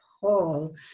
Paul